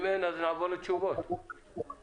אם אין אז נעבור לתשובות ולהצבעה.